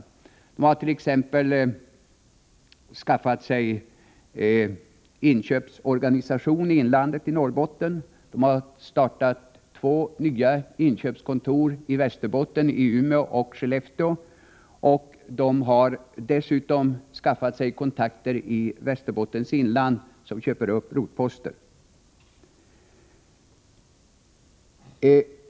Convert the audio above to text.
Man har t.ex. skaffat sig inköpsorganisation i inlandet i Norrbotten, man har startat två nya inköpskontor i Västerbotten — i 5: Umeå och i Skellefteå — och man har dessutom skaffat sig kontakter i Västerbottens inland, som köper upp rotposter.